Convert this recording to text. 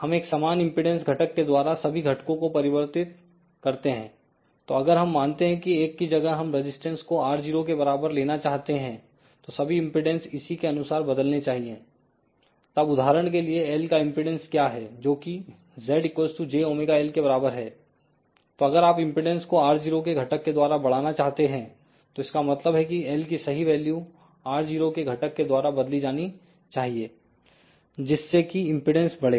हम एक समान इंपेडेंस घटक के द्वारा सभी घटकों को परिवर्तित करते हैं तो अगर हम मानते हैं कि 1 की जगह हम रजिस्टेंस को R0 के बराबर लेना चाहते हैं तो सभी इंपेडेंस इसी के अनुसार बदलने चाहिएतब उदाहरण के लिए L का इंपेडेंस क्या हैजोकि Z jωL के बराबर है तो अगर आप इंपेडेंस को R0 के घटक के द्वारा बढ़ाना चाहते हैं तो इसका मतलब है कि L की सही वैल्यू R0 के घटक के द्वारा बदली जानी चाहिए जिससे कि इंपेडेंस बढे